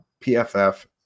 PFF